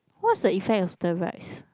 what's the effect of steroids